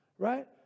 right